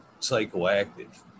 psychoactive